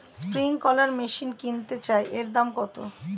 Sprinkler machine কিনতে চাই এর দাম কত?